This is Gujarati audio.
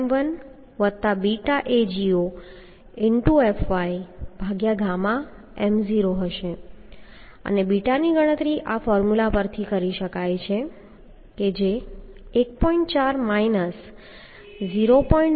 fyɣm0 હશે અને બીટાની ગણતરી આ ફોર્મ્યુલા પરથી કરી શકાય છે જે 1